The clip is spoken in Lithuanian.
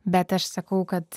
bet aš sakau kad